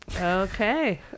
Okay